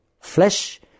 flesh